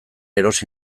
erosi